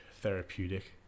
therapeutic